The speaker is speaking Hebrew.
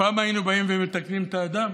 פעם היינו באים ומתקנים את האדם,